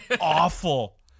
awful